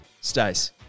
Stace